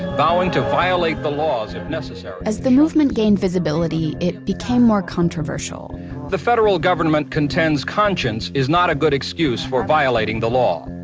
vowing to violate the laws if necessary. as the movement gained visibility, it became more controversial the federal government contends conscience is not a good excuse for violating the law.